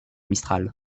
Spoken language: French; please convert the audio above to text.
mistral